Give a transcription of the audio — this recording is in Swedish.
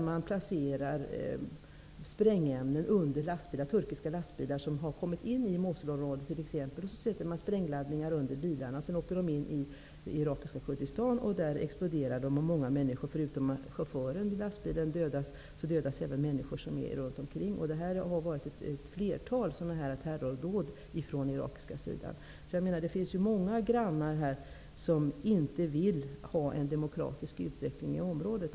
Man placerar sprängämnen under turkiska lastbilar som har kommit in i Mosulområdet och som sedan åker in i irakiska Kurdistan och exploderar. Förutom chauffören dödas även många människor runt omkring. Det har förekommit ett flertal sådana terrordåd från den irakiska sidan. Det finns många grannar som inte vill ha en demokratisk utveckling i området.